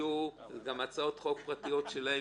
אלה הצעות חוק פרטיות שלהם,